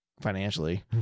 financially